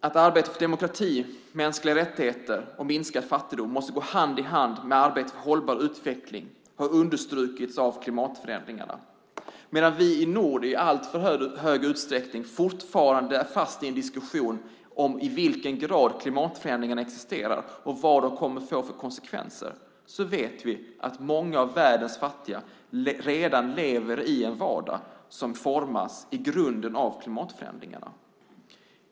Att arbetet för demokrati, mänskliga rättigheter och minskad fattigdom måste gå hand i hand med arbetet för hållbar utveckling har understrukits av klimatförändringarna. Medan vi i nord i alltför hög utsträckning fortfarande är fast i en diskussion om i vilken grad klimatförändringarna existerar och vad de kommer att få för konsekvenser lever redan många av världens fattiga i en vardag som i grunden redan formats av klimatförändringarna.